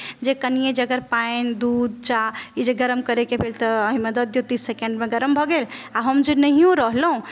जे कनिये जे अगर पानि दूध चाह ई जे गर्म करयके भेल तऽ ओहिमे दऽ दियौ तीस सेकेण्डमे गरम भऽ गेल आ हम जे नहियो रहलहुँ